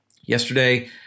Yesterday